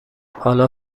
حالا